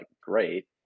great